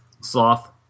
sloth